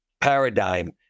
paradigm